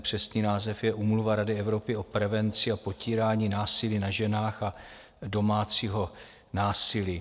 Přesný název je Úmluva Rady Evropy o prevenci a potírání násilí na ženách a domácího násilí.